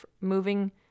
moving